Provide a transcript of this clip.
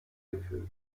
gefüllt